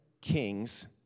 Kings